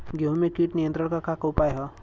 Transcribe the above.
गेहूँ में कीट नियंत्रण क का का उपाय ह?